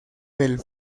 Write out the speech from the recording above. del